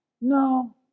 no